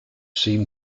seam